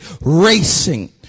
racing